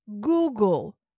Google